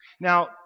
Now